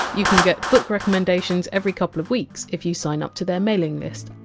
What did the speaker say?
you can get book recommendations every couple of weeks if you sign up to their mailing list.